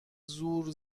زور